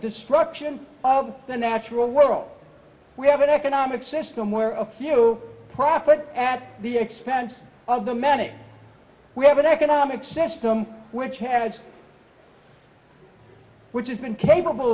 destruction of the natural world we have an economic system where a few profit at the expense of the many we have an economic system which has which has been capable